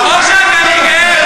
מקום שהוא לא חלק ממדינת ישראל.